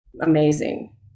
amazing